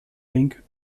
rink